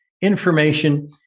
information